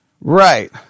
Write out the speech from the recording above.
Right